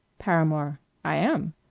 paramore i am.